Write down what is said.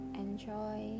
enjoy